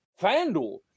FanDuel